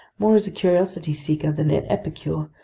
more as a curiosity seeker than an epicure,